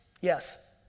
Yes